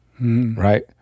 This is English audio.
right